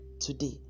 today